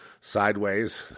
sideways